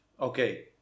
okay